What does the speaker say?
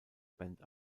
band